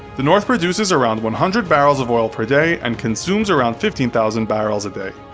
the north produces around one hundred barrels of oil per day, and consumes around fifteen thousand barrels a day.